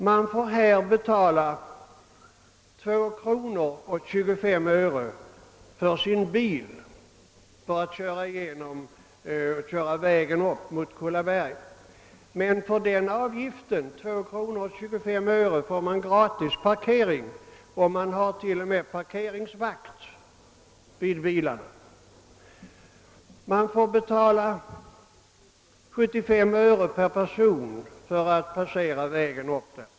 De får betala 2 kronor 25 öre för att få köra sin bil vägen upp mot Kullaberg, men för denna avgift får man gratis parkering. I priset ingår t.o.m. parkeringsvakt vid bilarna. Man får betala 75 öre per person för att få färdas vägen upp.